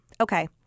Okay